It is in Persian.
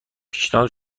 پیشنهاد